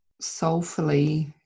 soulfully